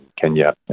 Kenya